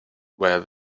where